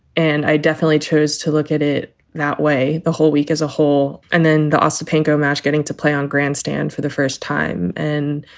and i definitely chose to look at it that way the whole week as a whole. and then the awesome pankow match getting to play on grandstand for the first time. and,